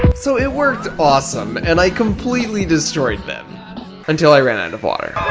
so it worked awesome, and i completely destroyed them until i ran out of water